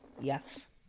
yes